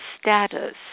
status